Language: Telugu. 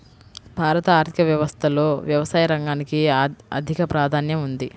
భారత ఆర్థిక వ్యవస్థలో వ్యవసాయ రంగానికి అధిక ప్రాధాన్యం ఉంది